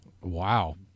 Wow